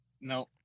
no